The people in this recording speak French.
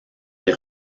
des